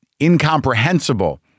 incomprehensible